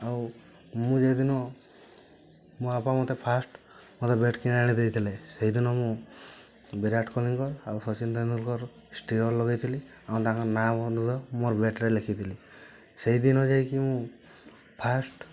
ଆଉ ମୁଁ ଯେ ଦିନ ମୋ ବାପା ମୋତେ ଫାର୍ଷ୍ଟ୍ ମୋତେ ବ୍ୟାଟ୍ କିଣି ଆଣି ଦେଇଥିଲେ ସେଇଦିନ ମୁଁ ବିରାଟ କୋହଲିଙ୍କର ଆଉ ସଚିନ ତେନ୍ଦୁଲକର୍ ଷ୍ଟିକର୍ ଲଗେଇଥିଲି ଆଉ ତାଙ୍କର ନାଁ ମଧ୍ୟ ମୋର ବ୍ୟାଟ୍ରେ ଲେଖିଥିଲି ସେହିଦିନ ଯାଇକି ମୁଁ ଫାର୍ଷ୍ଟ୍